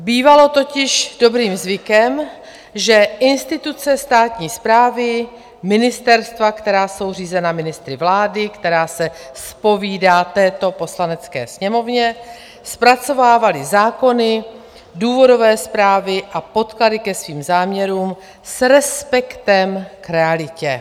Bývalo totiž dobrým zvykem, že instituce státní správy, ministerstva, která jsou řízena ministry vlády, která se zpovídá této Poslanecké sněmovně, zpracovávaly zákony, důvodové zprávy a podklady ke svým záměrům s respektem k realitě.